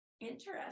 Interesting